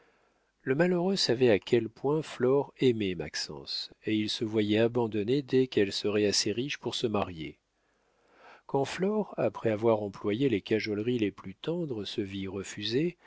le malheureux savait à quel point flore aimait maxence et il se voyait abandonné dès qu'elle serait assez riche pour se marier quand flore après avoir employé les cajoleries les plus tendres se vit refusée